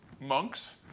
monks